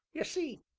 ye see,